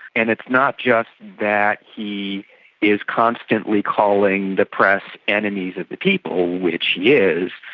and it's not just that he is constantly calling the press enemies of the people, which he is,